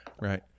right